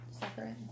separate